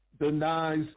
denies